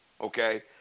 Okay